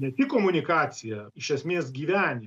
ne tik komunikaciją iš esmės gyvenimą